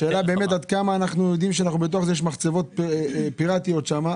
השאלה היא באמת עד כמה אנחנו יודעים שבתוך זה יש מחצבות פיראטיות שם,